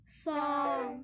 song